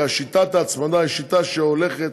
כי שיטת ההצמדה היא שיטה שהולכת